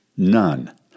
None